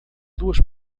duas